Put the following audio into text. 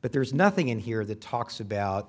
but there's nothing in here that talks about